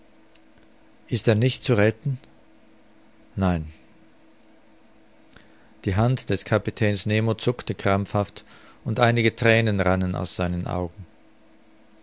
ist er nicht zu retten nein die hand des kapitäns nemo zuckte krampfhaft und einige thränen rannen aus seinen augen